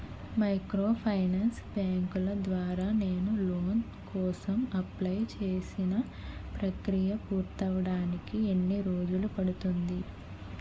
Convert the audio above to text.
Microfinance బ్యాంకుల ద్వారా నేను లోన్ కోసం అప్లయ్ చేసిన ప్రక్రియ పూర్తవడానికి ఎన్ని రోజులు పడుతుంది?